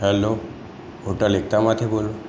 hello hotel એકતામાંથી બોલો